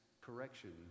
correction